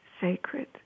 sacred